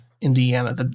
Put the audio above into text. Indiana